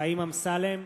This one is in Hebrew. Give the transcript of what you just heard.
חיים אמסלם,